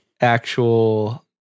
actual